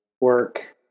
work